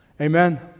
Amen